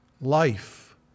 life